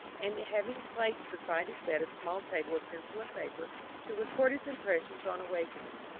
and, having placed beside his bed a small table with pencil and paper to record his impressions on awakening,